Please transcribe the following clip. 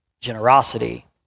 generosity